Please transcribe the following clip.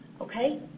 Okay